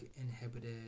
inhibited